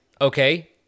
okay